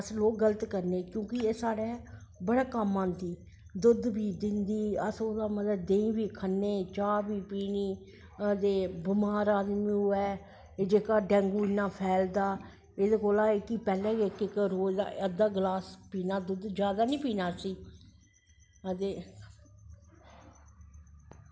अस लोग गल्त करनें क्योंकि एह् साढ़ै बड़ै कम्म आंदी दुध्द बी दिंदी मतलव ओह्दा अस देहीं बी खन्ने चाह् बी पीने ते बमार आदमी होऐ एह् जेह्का डैंगू इन्ना फैलदा एह्दे कोला दा पैह्लैं गै अद्दा अध्दा गलास पीना दुध्द जादा नी पीना इसी ते्